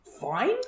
fine